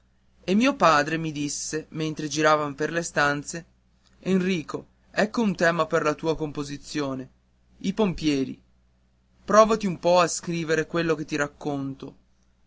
e mio padre mi disse mentre giravan per le stanze enrico ecco un tema per la tua composizione i pompieri provati un po a scrivere quello che ti racconto